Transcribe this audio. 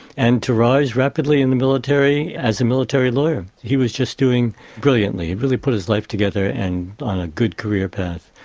and to rise rapidly in the military as a military lawyer. he was just doing brilliantly, it really put his life together and on a good career path.